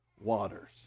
waters